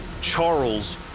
Charles